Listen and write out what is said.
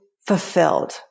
fulfilled